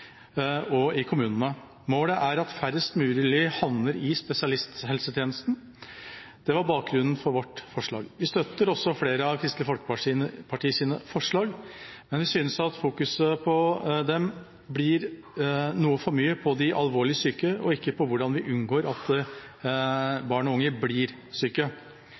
og i kommunene. Målet er at færrest mulig havner i spesialisthelsetjenesten. Det var bakgrunnen for vårt forslag. Vi støtter også flere av Kristelig Folkepartis punkter i representantforslaget, men vi synes at de fokuserer litt for mye på alvorlig syke, og ikke på hvordan vi unngår at barn og unge blir